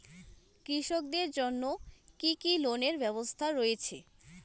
কৃষকদের জন্য কি কি লোনের ব্যবস্থা রয়েছে?